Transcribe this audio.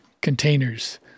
containers